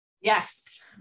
Yes